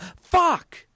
Fuck